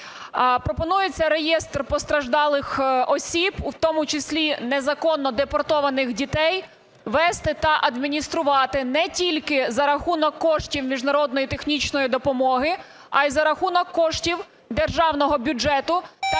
Пропонується реєстр постраждалих осіб, в тому числі незаконно депортованих дітей, вести та адмініструвати не тільки за рахунок коштів міжнародної технічної допомоги, а і за рахунок коштів державного бюджету